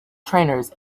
trainers